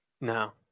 No